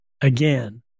Again